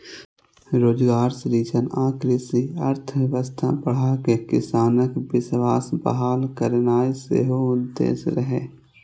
रोजगार सृजन आ कृषि अर्थव्यवस्था बढ़ाके किसानक विश्वास बहाल करनाय सेहो उद्देश्य रहै